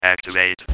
activate